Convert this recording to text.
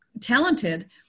talented